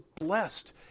blessed